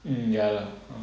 ya lah